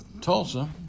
Tulsa